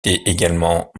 également